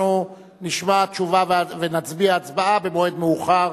נשמע תשובה ונצביע הצבעה במועד מאוחר,